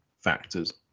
factors